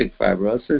fibrosis